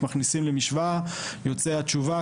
להכניס למשוואה ומתקבלת תשובה,